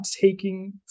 taking